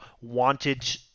wanted